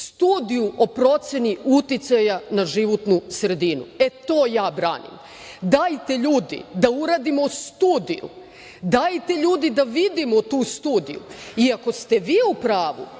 studiju o proceni uticaja na životnu sredinu. E, to ja branim. Dajte, ljudi, da uradimo studiju. Dajte, ljudi, da vidimo tu studiju i ako ste vi u pravu